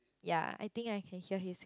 ya I think I can hear his